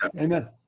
amen